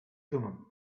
thummim